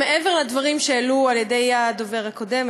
מעבר לדברים שהועלו על-ידי הדובר הקודם,